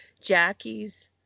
Jackie's